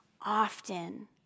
often